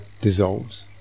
dissolves